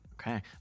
Okay